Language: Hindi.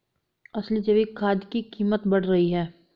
असली जैविक खाद की कीमत बढ़ रही है